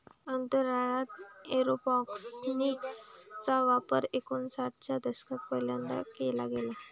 अंतराळात एरोपोनिक्स चा प्रकार एकोणिसाठ च्या दशकात पहिल्यांदा केला गेला